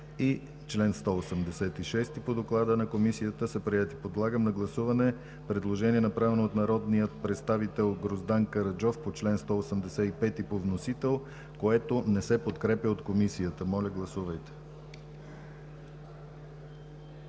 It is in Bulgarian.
и чл. 186 по доклада на Комисията са приети. Подлагам на гласуване предложение, направено от народния представител Гроздан Караджов по чл. 185 по вносител, което не се подкрепя от Комисията. Гласували